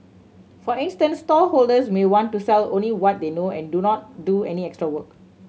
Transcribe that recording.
for instance stallholders may want to sell only what they know and do not do any extra work